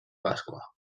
pasqua